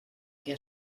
què